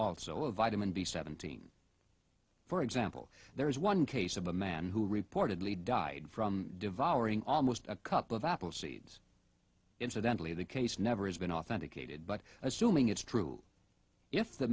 also of vitamin b seventeen for example there is one case of a man who reportedly died from devouring almost a couple of apple seeds incidentally the case never has been authenticated but assuming it's true if the